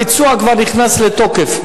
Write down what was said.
הביצוע כבר נכנס לתוקף.